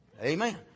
Amen